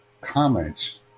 comments